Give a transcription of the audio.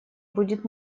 будут